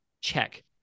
Check